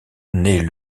naît